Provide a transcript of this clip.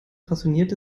passionierte